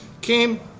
came